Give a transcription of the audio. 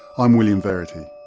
i'm william verity.